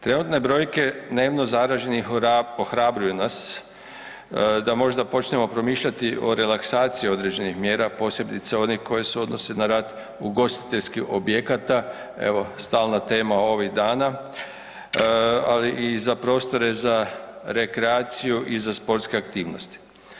Trenutne brojke dnevno zaraženih ohrabruju nas da možda počnemo promišljati o relaksaciji određenih mjera, posebice onih koji se odnose na rad ugostiteljskih objekata, evo stalna tema ovih dana, ali i za prostore za rekreaciju i za sportske aktivnosti.